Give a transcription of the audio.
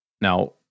Now